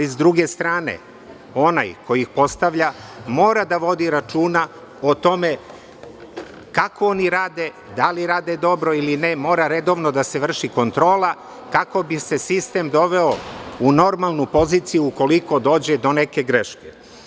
S druge strane, onaj koji ih postavlja mora da vodi računa o tome kako oni rade, da li rade dobro ili ne, mora redovno da se vrši kontrola kako bi se sistem doveo u normalnu poziciju ukoliko dođe do neke greške.